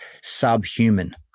subhuman